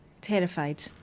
terrified